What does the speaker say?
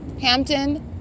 Hampton